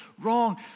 wrong